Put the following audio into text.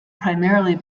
primarily